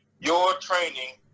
you're training,